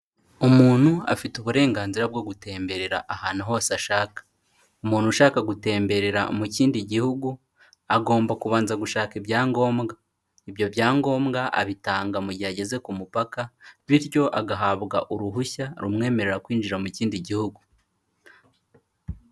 Umuntu afite uburenganzira bwo gutemberera ahantu hose ashaka. Umuntu ushaka gutemberera mu kindi gihugu agomba kubanza gushaka ibyangombwa ibyo byangombwa abitanga mu gihe ageze ku mupaka bityo agahabwa uruhushya rumwemerera kwinjira mu kindi gihugu.